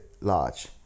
large